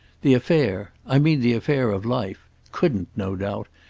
the affair i mean the affair of life couldn't, no doubt,